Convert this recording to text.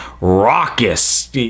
raucous